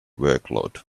workload